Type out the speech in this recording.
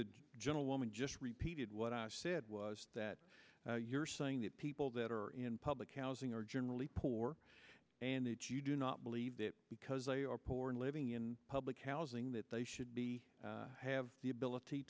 believe gentlewoman just repeated what i said was that you're saying that people that are in public housing are generally poor and that you do not believe that because they are poor and living in public housing that they should be have the ability